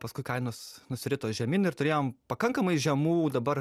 paskui kainos nusirito žemyn ir turėjom pakankamai žemų dabar